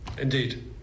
Indeed